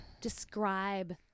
describe